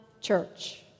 Church